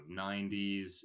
90s